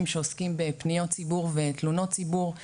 שעוסקים בפניות ציבור ותלונות ציבור.